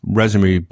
resume